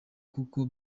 kuko